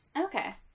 Okay